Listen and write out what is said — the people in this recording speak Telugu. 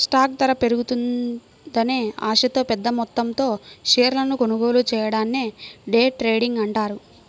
స్టాక్ ధర పెరుగుతుందనే ఆశతో పెద్దమొత్తంలో షేర్లను కొనుగోలు చెయ్యడాన్ని డే ట్రేడింగ్ అంటారు